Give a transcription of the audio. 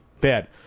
bad